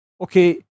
okay